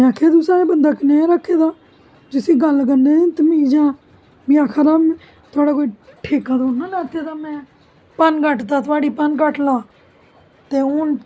में आखेआ तू सालेआ जिसी गल्ल करने दी तामीज ऐ मि आखेआ दा थुआढ़ा कोई ठेका थोह्ड़ी ना लेता दा में पनघट थोह्ड़ी पनघट दा ते हून